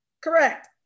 Correct